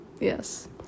Yes